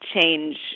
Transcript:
change